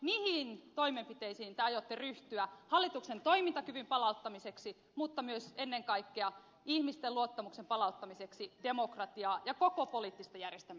mihin toimenpiteisiin te aiotte ryhtyä hallituksen toimintakyvyn palauttamiseksi mutta myös ennen kaikkea ihmisten luottamuksen palauttamiseksi demokratiaa ja koko poliittista järjestelmää kohtaan